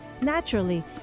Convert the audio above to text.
naturally